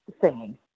singing